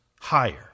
higher